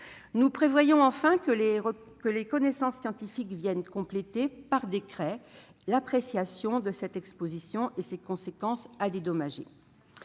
nous prévoyons que les connaissances scientifiques viennent compléter, par décret, l'appréciation de cette exposition et de ses conséquences devant